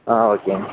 ஓகேங்க